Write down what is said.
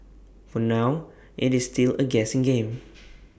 for now IT is still A guessing game